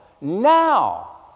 Now